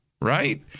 right